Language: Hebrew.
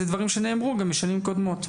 זה דברים שנאמרו גם בשנים קודמות.